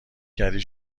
کردی